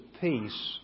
peace